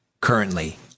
currently